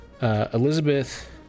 Elizabeth